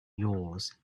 yours